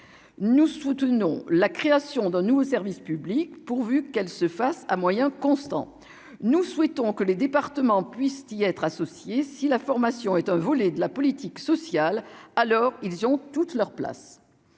nous soutenons la création d'un nouveau service public pourvu qu'elle se fasse à moyens constants, nous souhaitons que les départements puissent y être associés, si la formation est un volet de la politique sociale, alors ils ont toute leur place,